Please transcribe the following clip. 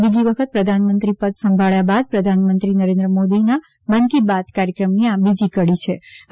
બીજી વખત પ્રધાનમંત્રી પદ સંભાળ્યા બાદ પ્રધાનમંત્રી નરેન્દ્ર મોદીના મન કી બાત કાર્યક્રમની આ બીજી કડી હશે